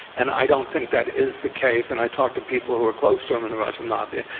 and i don't think that is the case, and i talked to people who were close to him in the russian mafia,